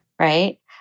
right